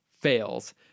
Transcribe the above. fails